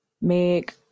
Meg